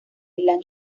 milán